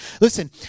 Listen